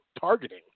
targeting